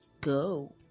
go